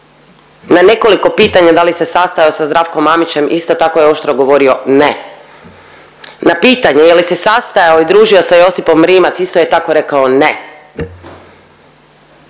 Na nekoliko pitanja da li se sastajao sa Zdravkom Mamićem isto tako je oštro govorio ne. Na pitanje je li se sastajao i družio sa Josipom Rimac isto je tako rekao ne.